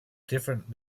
different